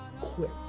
quit